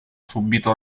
subito